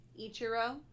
Ichiro